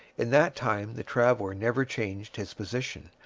in that time the traveller never changed his position,